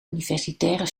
universitaire